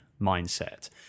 mindset